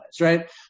right